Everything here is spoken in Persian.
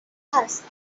هست